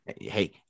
Hey